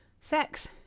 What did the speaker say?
sex